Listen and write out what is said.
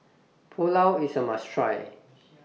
Pulao IS A must Try